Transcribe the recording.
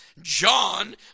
John